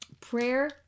prayer